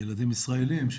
ילדים ישראלים,